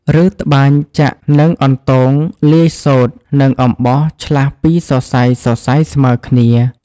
ឬត្បាញចាក់និងអន្ទងលាយសូត្រនិងអំបោះឆ្លាស់ពីរសរសៃៗស្មើគ្នា។